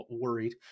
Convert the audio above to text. worried